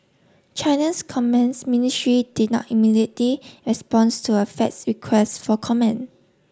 China's commence ministry did not immediately responds to a faxed request for comment